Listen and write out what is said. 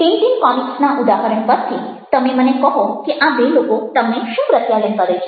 ટિન ટિન comics ના ઉદાહરણ પરથી તમે મને કહો કે આ બે લોકો તમને શું પ્રત્યાયન કરે છે